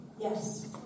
Yes